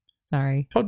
Sorry